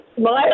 smile